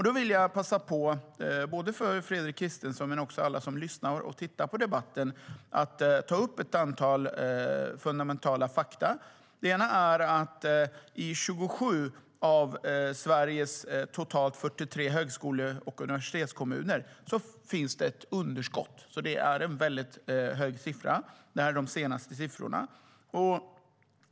Då vill jag passa på att för Fredrik Christensson men också för alla som lyssnar och tittar på debatten ta upp ett antal fundamentala fakta. Ett är att i 27 av Sveriges totalt 43 högskole och universitetskommuner finns det ett underskott. Det är en väldigt hög siffra, och det här är de senaste siffrorna.